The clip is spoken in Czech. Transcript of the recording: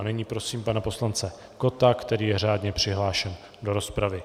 A nyní prosím pana poslance Kotta, který je řádně přihlášen do rozpravy.